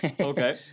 Okay